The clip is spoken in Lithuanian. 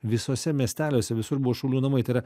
visuose miesteliuose visur buvo šaulių namai tai yra